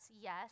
Yes